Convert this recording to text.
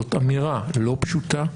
זאת אמירה לא פשוטה.